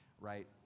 right